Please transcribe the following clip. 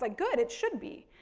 like good, it should be.